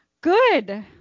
Good